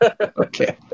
Okay